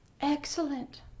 Excellent